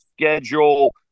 schedule